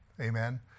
Amen